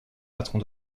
patron